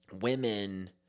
women